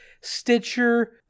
Stitcher